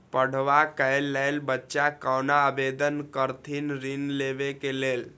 पढ़वा कै लैल बच्चा कैना आवेदन करथिन ऋण लेवा के लेल?